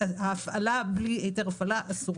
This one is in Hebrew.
שהפעלה בלי היתר הפעלה אסורה.